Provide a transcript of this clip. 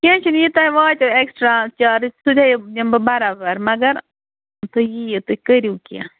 کیٚنٛہہ چھُنہٕ یہِ تُہۍ واتیو اٮ۪کٕسٹرا چارٕج دِمہٕ بہٕ برابر مگر تُہۍ یِیِو تُہۍ کٔرِو کیٚنٛہہ